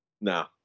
No